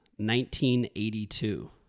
1982